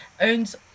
owns